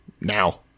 now